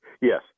Yes